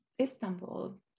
Istanbul